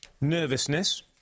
nervousness